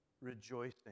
rejoicing